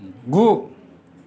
गु